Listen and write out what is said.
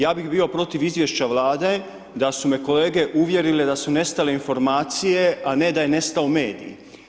Ja bi bio protiv izvješća vlade, da su me kolege uvjerile da su nestale informacije, a ne da je nestao medij.